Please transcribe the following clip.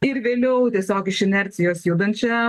ir vėliau tiesiog iš inercijos judančią